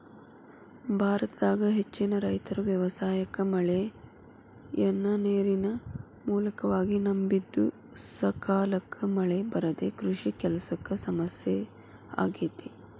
ಭಾರತದಾಗ ಹೆಚ್ಚಿನ ರೈತರು ವ್ಯವಸಾಯಕ್ಕ ಮಳೆಯನ್ನ ನೇರಿನ ಮೂಲವಾಗಿ ನಂಬಿದ್ದುಸಕಾಲಕ್ಕ ಮಳೆ ಬರದೇ ಕೃಷಿ ಕೆಲಸಕ್ಕ ಸಮಸ್ಯೆ ಆಗೇತಿ